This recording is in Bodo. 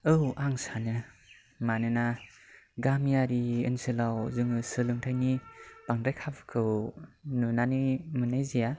औ आं सानो मानोना गामियारि ओनसोलाव जोङो सोलोंथाइनि बांद्राय खाबुखौ नुनानै मोननाय जाया